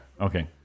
Okay